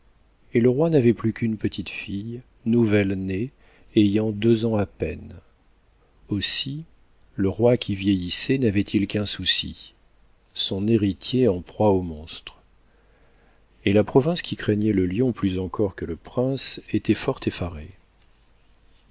et le roi n'avait plus qu'une petite fille nouvelle née ayant deux ans à peine aussi le roi qui vieillissait n'avait-il qu'un souci son héritier en proie au monstre et la province qui craignait le lion plus encor que le prince était fort effarée